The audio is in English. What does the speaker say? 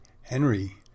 Henry